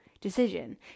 decision